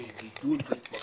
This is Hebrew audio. שיש גידול בהתמכרויות,